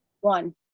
one